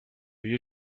you